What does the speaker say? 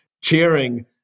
cheering